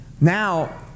Now